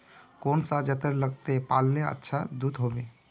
कौन सा जतेर लगते पाल्ले अच्छा दूध होवे?